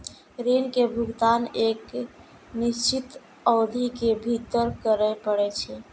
ऋण के भुगतान एक निश्चित अवधि के भीतर करय पड़ै छै